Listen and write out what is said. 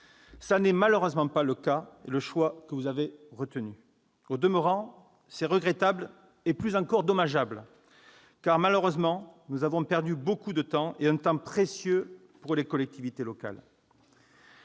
Ce n'est malheureusement pas le choix que vous avez retenu. Au demeurant, c'est regrettable et, plus encore, c'est dommageable, car, malheureusement, nous avons perdu beaucoup de temps, un temps précieux pour les collectivités locales